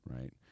right